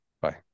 Bye